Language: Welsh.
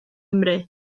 nghymru